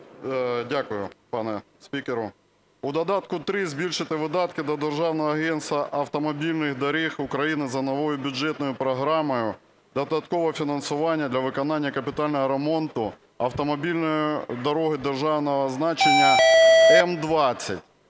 Дякую, пан спікер. У додатку 3 збільшити видатки до Державного агентства автомобільних доріг України за новою бюджетною програмою "Додаткове фінансування" для виконання капітального ремонту автомобільної дороги державного значення М-20